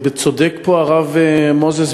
צודק פה הרב מוזס,